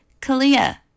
Kalia